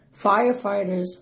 firefighters